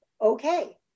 okay